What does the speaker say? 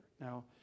now